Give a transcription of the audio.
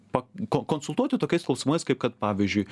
pa kon konsultuoti tokiais klausimais kaip kad pavyzdžiui